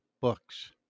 books